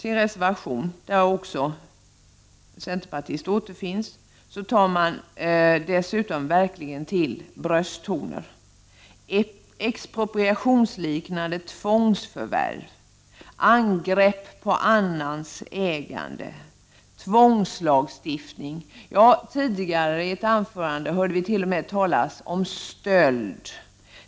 I reservationen som också undertecknats av centerpartister tas dessutom till brösttoner. Det talas om expropriationsliknande tvångsförvärv och angrepp på annans ägande, det talas om tvångslagstiftning. Tidigare i ett anförande hör vi t.o.m. talas om stöld.